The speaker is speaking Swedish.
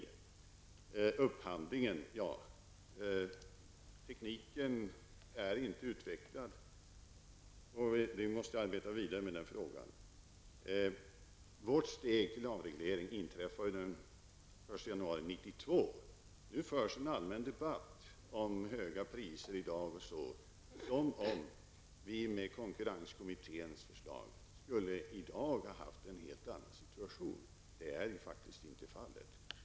Till upphandlingen: Tekniken är inte utvecklad. Vi måste arbeta vidare med den frågan. Avregleringen tar sin början den 1 januari 1992. Nu förs en allmän debatt om höga priser som om vi med konkurrenskommitténs förslag i dag skulle ha haft i en helt annan situation. Det är faktiskt inte fallet.